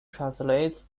translates